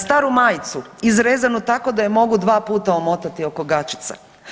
Staru majcu izrezanu tako da ju mogu 2 puta omotati oko gaćica.